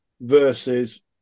versus